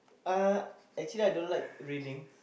uh actually I don't like reading